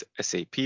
sap